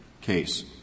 case